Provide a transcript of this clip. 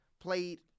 played